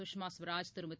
கஷ்மா ஸ்வராஜ் திருமதி